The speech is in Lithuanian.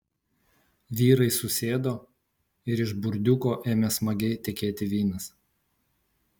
vyrai susėdo ir iš burdiuko ėmė smagiai tekėti vynas